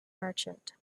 merchant